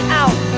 out